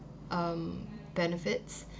um benefits